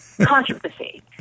Controversy